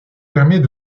permet